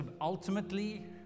ultimately